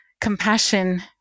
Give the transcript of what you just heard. compassion